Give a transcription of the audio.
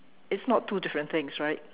it's not two different things right